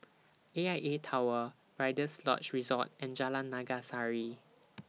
A I A Tower Rider's Lodge Resort and Jalan Naga Sari